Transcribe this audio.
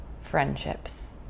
friendships